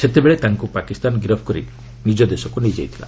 ସେତେବେଳେ ତାଙ୍କ ପାକିସ୍ତାନ ଗିରଫ୍ କରି ନିଜ ଦେଶକୁ ନେଇ ଯାଇଥିଲା